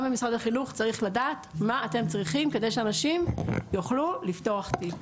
גם במשרד החינוך צריך לדעת מה אתם צריכים כדי שאנשים יוכלו לפתוח תיק?